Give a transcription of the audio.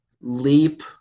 leap